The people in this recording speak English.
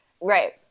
Right